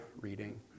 reading